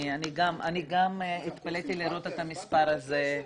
אני גם התפלאתי לראות את המספר הזה.